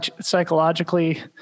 psychologically